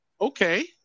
Okay